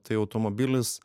tai automobilis